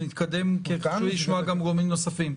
אנחנו נתקדם כי חשוב לי לשמוע גם גורמים נוספים.